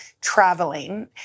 traveling